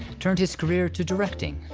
turned his career to directing.